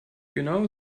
genau